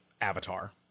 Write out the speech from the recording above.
Avatar